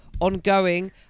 ongoing